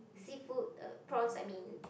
seafood uh prawns I mean